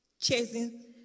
chasing